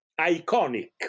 iconic